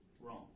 wrong